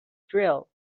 drill